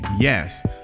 Yes